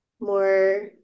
more